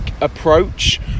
approach